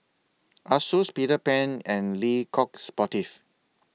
Asus Peter Pan and Le Coq Sportif